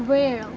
वेळ